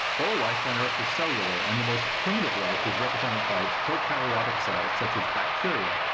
all life on earth is cellular and the most primitive life is represented by prokaryotic cells, such as bacteria,